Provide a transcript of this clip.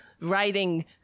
writing